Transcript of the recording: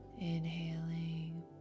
inhaling